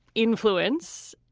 influence.